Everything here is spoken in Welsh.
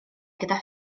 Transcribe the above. gyda